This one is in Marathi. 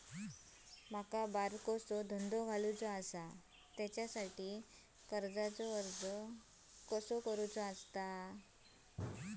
माका बारकोसो धंदो घालुचो आसा त्याच्याखाती कर्जाचो अर्ज कसो करूचो?